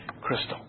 crystal